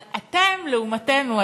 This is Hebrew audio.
אבל אתם לעומתנו,